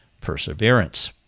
perseverance